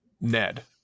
Ned